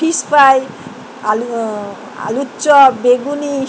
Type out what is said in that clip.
fish fry আলু আলুর chop বেগুনি